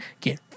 get